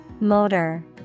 Motor